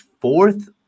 fourth